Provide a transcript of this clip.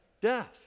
death